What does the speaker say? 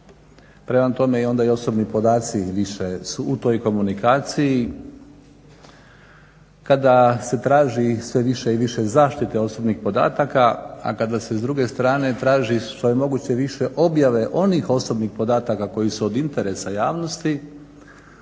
Prema tome, onda i osobni podaci više su u toj komunikaciji. Kada se traži sve više i više zaštite osobnih podataka, a kada se s druge strane traži što je moguće više objave onih osobnih podataka koji su od interesa javnosti